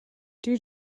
due